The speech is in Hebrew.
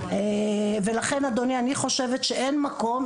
ולכן אדוני אני חושבת שאין מקום.